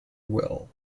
well